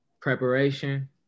Preparation